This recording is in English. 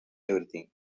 everything